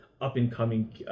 up-and-coming